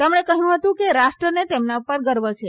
તેમણે કહ્યું હતું કે રાષ્ટ્રને તેમના પર ગર્વ છે